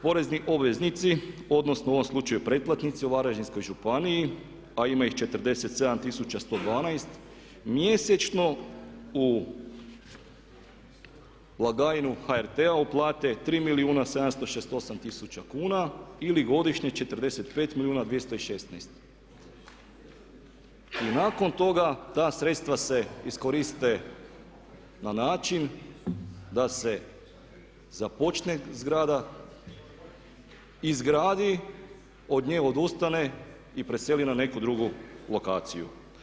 Porezni obveznici odnosno u ovom slučaju pretplatnici u Varaždinskoj županiji a ima ih 47 112 mjesečno u blagajnu uplate 3 milijuna 768 tisuća kuna ili godišnje 45 216. i nakon toga ta sredstva se iskoriste na način da se započne zgrada, izgradi, od nje odustane i preseli na neku drugu lokaciju.